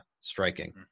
striking